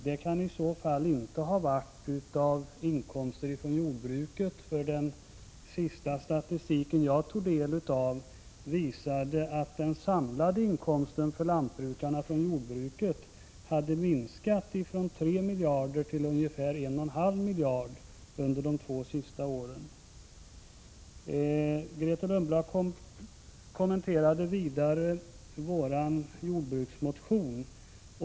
Det kan i så fall inte ha gällt inkomster från jordbruket, för den senaste statistiken som jag tog del av visade att lantbrukarnas samlade inkomst från jordbruket hade minskat från 3 miljarder till ungefär 1,5 miljarder under de två senaste åren. Vidare kommenterade Grethe Lundblad vår jordbruksmotion.